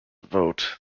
vote